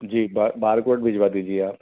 जी ब bar code भिजवा दीजिए आप